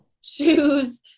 shoes